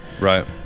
right